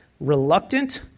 Reluctant